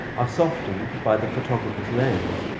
are softened by the photographer's lense,